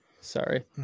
Sorry